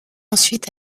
ensuite